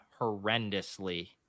horrendously